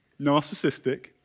narcissistic